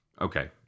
Okay